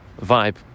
vibe